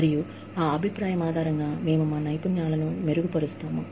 మరియు ఆ అభిప్రాయం ఆధారంగా మేము మా నైపుణ్యాలను మెరుగుపరుస్తాము